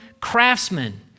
craftsmen